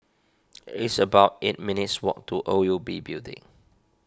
it's about eight minutes' walk to O U B Building